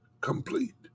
Complete